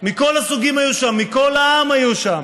מכל הסוגים היו שם, מכל העם היו שם.